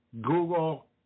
Google